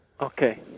Okay